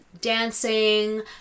dancing